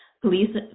Police